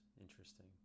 interesting